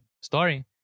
story